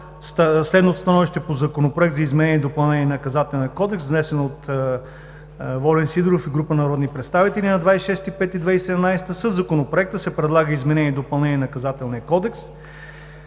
следното становище по Законопроекта за изменение и допълнение на Наказателния кодекс, внесен от Волен Сидеров и група народни представители на 26 май 2017 г. „Със Законопроекта се предлага изменение и допълнение на Наказателния кодекс,